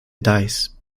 dice